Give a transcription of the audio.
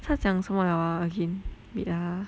他讲什么 liao ah again wait ah